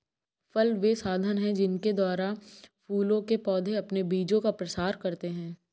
फल वे साधन हैं जिनके द्वारा फूलों के पौधे अपने बीजों का प्रसार करते हैं